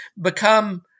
become